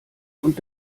und